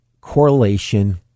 correlation